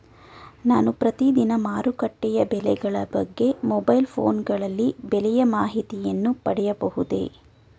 ನಾನು ಪ್ರತಿದಿನ ಮಾರುಕಟ್ಟೆಯ ಬೆಲೆಗಳ ಬಗ್ಗೆ ಮೊಬೈಲ್ ಫೋನ್ ಗಳಲ್ಲಿ ಬೆಲೆಯ ಮಾಹಿತಿಯನ್ನು ಪಡೆಯಬಹುದೇ?